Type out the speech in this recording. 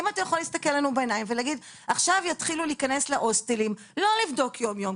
האם אתה יכול להגיד שעכשיו יתחילו להיכנס להוסטלים לא לבדוק יום יום,